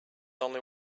only